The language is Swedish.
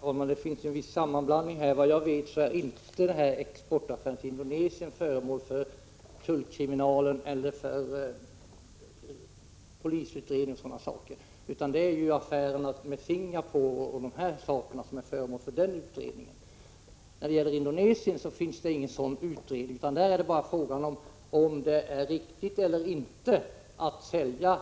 Herr talman! Det förekommer en viss sammanblandning här. Efter vad jag vet är inte den exportaffär som avser Indonesien föremål för utredning av tullkriminalen eller polisen, utan de skall utreda bl.a. exportaffärer som rör Singapore. När det gäller Indonesien pågår ingen utredning, utan det är bara fråga om huruvida det är riktigt eller inte att sälja